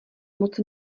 moc